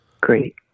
Great